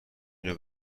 اینو